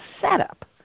setup